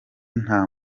nta